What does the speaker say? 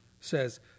says